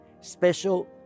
special